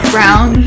Brown